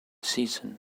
season